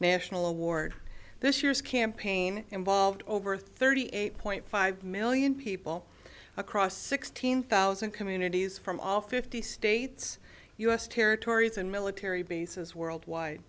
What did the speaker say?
national award this year's campaign involved over thirty eight point five million people across sixteen thousand communities from all fifty states u s territories and military bases worldwide